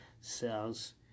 cells